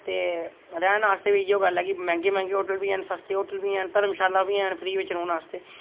ते रैहन आस्तै बी इयै गल्ल ऐ कि मैहंगे मैहंगे होटल बी हैन ते सस्ते होटल बी हैन ते धर्मशाला बी हैन फ्री बिच रौह्ने आस्तै